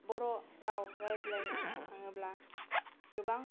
बर' राव रायज्लायनो थाङोब्ला गोबां